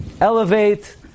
elevate